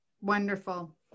Wonderful